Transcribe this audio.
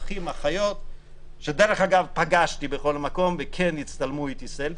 אחים-אחיות שפגשתי בכל מקום וכן הצטלמו אתי סלפי.